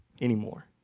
anymore